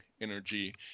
energy